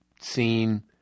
scene